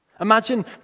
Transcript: Imagine